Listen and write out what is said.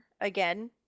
again